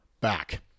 back